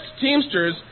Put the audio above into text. teamsters